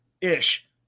ish